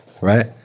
right